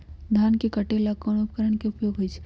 धान के काटे का ला कोंन उपकरण के उपयोग होइ छइ?